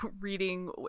reading